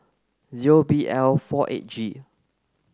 zero B L four eight G